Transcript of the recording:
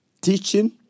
Teaching